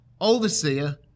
Overseer